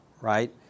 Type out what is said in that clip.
right